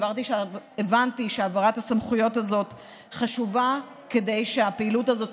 הבנתי שהעברת הסמכויות הזאת חשובה כדי שהפעילות הזאת